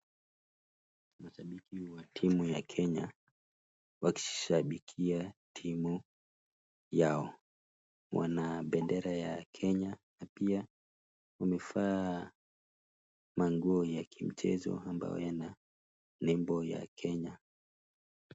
Timu ya Kenya, wakishabikia timu yao. Wana bendera ya Kenya, pia wamevaa manguo ya kimchezo ambayo yana nembo ya Kenya.